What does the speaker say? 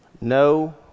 No